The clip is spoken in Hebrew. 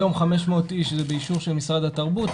היום 500 איש זה באישור של משרד התרבות.